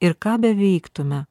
ir ką beveiktume